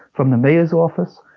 from the mayor's office,